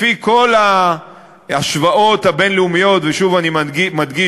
לפי כל ההשוואות הבין-לאומיות ושוב אני מדגיש,